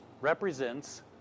represents